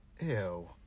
ew